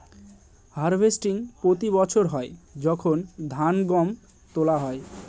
harvesting প্রতি বছর হয় যখন ধান, গম সব তোলা হয়